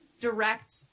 direct